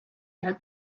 that